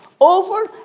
Over